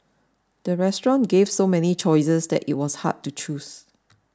the restaurant gave so many choices that it was hard to choose